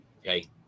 Okay